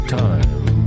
time